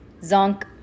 Zonk